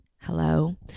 hello